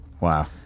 Wow